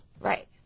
Right